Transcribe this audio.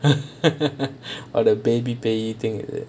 oh the baby baby thing is it